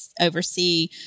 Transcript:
oversee